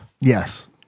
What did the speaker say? Yes